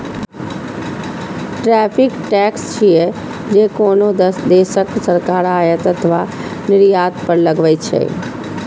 tariff tax छियै, जे कोनो देशक सरकार आयात अथवा निर्यात पर लगबै छै